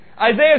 Isaiah